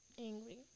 angry